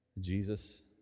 Jesus